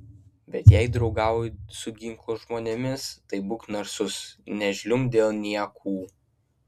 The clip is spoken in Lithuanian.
bet jei draugauji su ginklo žmonėmis tai būk narsus nežliumbk dėl niekų